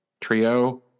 trio